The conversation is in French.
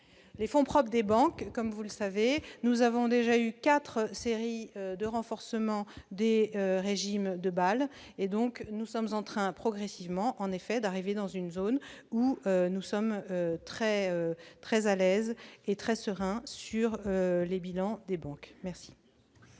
des fonds propres des banques, comme vous le savez, nous avons déjà eu quatre séries de renforcement des régimes de Bâle, et nous arrivons progressivement dans une zone où nous sommes très à l'aise et sereins sur les bilans des banques. La